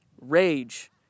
rage